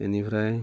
बेनिफ्राय